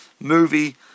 movie